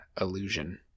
Illusion